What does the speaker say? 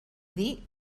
dir